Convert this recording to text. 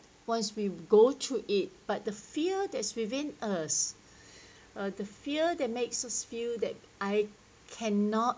once we go through it but the fear that's within us the fear that makes us feel that I cannot